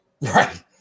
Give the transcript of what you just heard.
Right